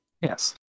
Yes